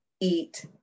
eat